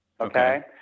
Okay